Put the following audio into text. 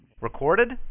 Recorded